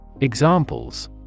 Examples